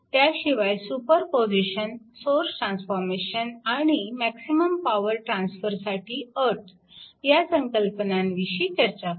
त्याशिवाय super position source transformation आणि maximum power transfer साठी अट ह्या संकल्पनांविषयी चर्चा करू